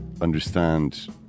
understand